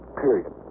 period